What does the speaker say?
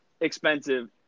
expensive